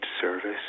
service